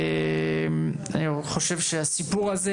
אני חושב שהסיפור הזה,